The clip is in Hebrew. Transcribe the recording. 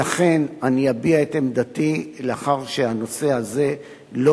לכן אני אביע את עמדתי לאחר שהנושא הזה לא